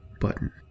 button